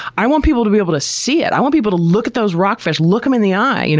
i want people to be able to see it. i want people to look at those rockfish, look them in the eye, you know?